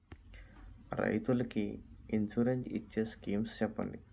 రైతులు కి ఇన్సురెన్స్ ఇచ్చే స్కీమ్స్ చెప్పండి?